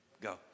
Go